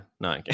No